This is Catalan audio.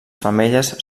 femelles